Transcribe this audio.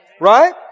Right